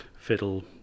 fiddle